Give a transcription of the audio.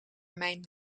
mijn